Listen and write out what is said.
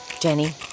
Jenny